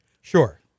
Sure